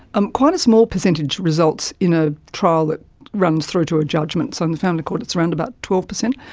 um quite a small percentage results in a trial that runs through to a judgement. so in the family court it's around about twelve percent.